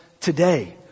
today